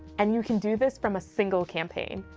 and you can do this from a single campaign.